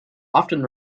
often